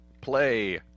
play